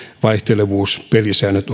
vaihtelevuus pelisäännöt